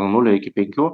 nuo nulio iki penkių